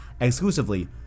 exclusively